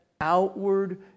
outward